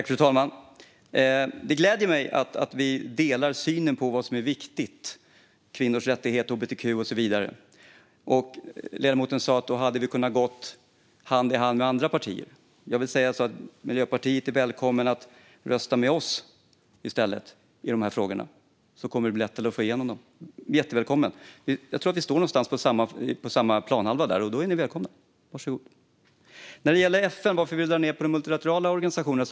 Fru talman! Det gläder mig att vi delar synen på vad som är viktigt: kvinnors rättigheter, hbtq-frågor och så vidare. Ledamoten sa att vi hade kunnat gå hand i hand med andra partier. Då säger jag att Miljöpartiet är välkommet att i stället rösta med oss, så blir det lättare att få igenom förslag på dessa områden. Ni är jättevälkomna. Vi står någonstans på samma planhalva, och då är ni välkomna. Var så god! Sedan var det frågan om FN och varför vi vill dra ned på de multilaterala organisationerna.